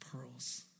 pearls